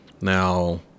Now